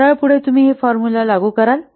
सरळ पुढे तुम्ही हे फॉर्मुला लागू कराल